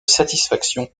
satisfaction